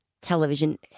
television